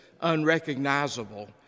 unrecognizable